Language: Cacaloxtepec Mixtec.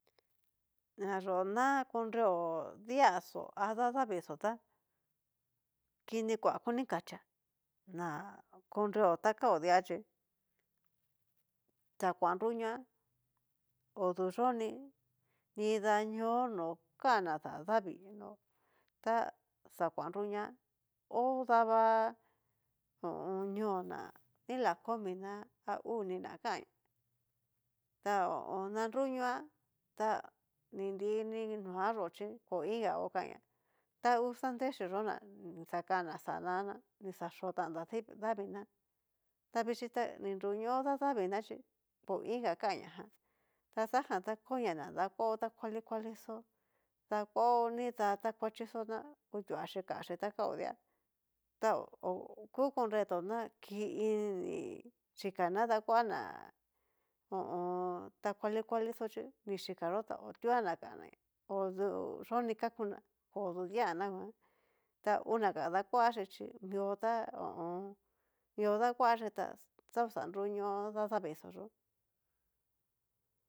Nayó na konreo di'axó ha dadavii xó, ta kini kua koni kachia na koreo ta kao di'a chí xa kuan nruñoá oduyó ni nida ñóo no kanná dadavii ta xa kuan nruñoa ho dava ho o on. ñóo ná, nila koni ná a uu niná kanña ta ho o on. na nruñoá, ta ni nrini noayó chí koiinga kokaña ta ngu sandrexi yó na ni xakana xana dadi dadaviiná, tavichí ni nruño dadaviiná xhí koinga kaña ján. taxajan ta konia na dakuaó ta kuali kualixó, dakuaó nidá takuachí xó na kutiachí kanxhí ta kao día, ta oku konreto ná ki iin ni xhika na dakuana ho o on. ta kuali kuali xó chí, ni xhikayó ta otuaná kan'naña odú xó ni kakuná odú di'a ná nguan ta una gá dakuchí chí mió ta ho o on. mió dakuachí xa oxa nruño dadavii xó yó.